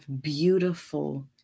beautiful